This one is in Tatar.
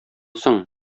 соң